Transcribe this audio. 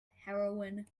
heroine